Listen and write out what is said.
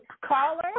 caller